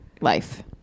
Life